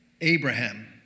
Abraham